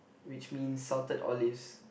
which means salted olives